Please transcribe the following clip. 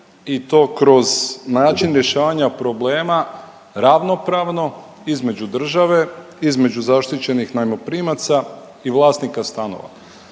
i to kroz način rješavanja problema ravnopravno između države, između zaštićenih najmoprimaca i vlasnika stanova.